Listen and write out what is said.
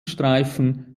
streifen